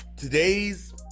Today's